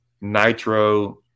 Nitro